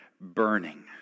burning